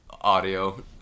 audio